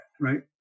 Right